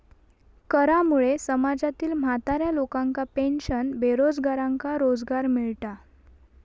करामुळे समाजातील म्हाताऱ्या लोकांका पेन्शन, बेरोजगारांका रोजगार मिळता